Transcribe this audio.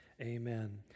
Amen